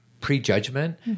prejudgment